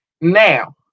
now